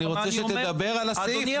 אני רוצה שתדבר על הסעיף,